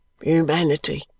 humanity